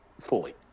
fully